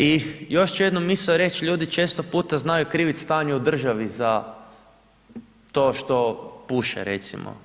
I još ću jednu misao reći, ljudi četo puta znaju kriviti stanje u državi za to što puše recimo.